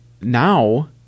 now